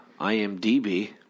IMDB